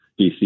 dc